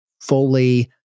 fully